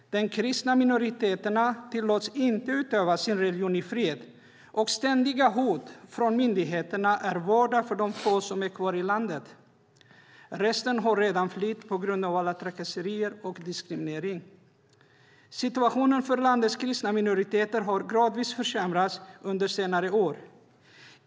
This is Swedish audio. De kristna minoriteterna tillåts inte utöva sin religion i fred, och ständiga hot från myndigheterna är vardag för de få som är kvar i landet. Resten har redan flytt på grund av alla trakasserier och diskriminering. Situationen för landets kristna minoriteter har gradvis försämrats under senare år.